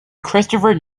christopher